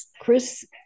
Chris